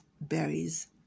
berries